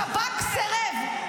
ושב"כ סירב.